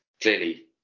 clearly